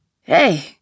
Hey